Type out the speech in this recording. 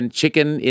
chicken